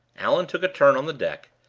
allan took a turn on the deck,